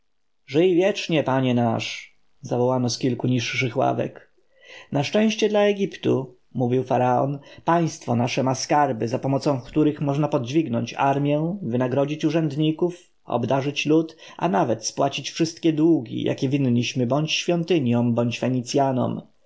żyj wiecznie panie nasz zawołano z kilku niższych ławek na szczęście dla egiptu mówił faraon państwo nasze ma skarby zapomocą których można podźwignąć amjęarmję wynagrodzić urzędników obdarzyć lud a nawet spłacić wszystkie długi jakie winniśmy bądź świątyniom bądź fenicjanom